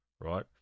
right